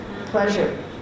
pleasure